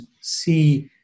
see